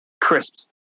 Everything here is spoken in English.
crisps